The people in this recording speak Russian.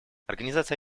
организация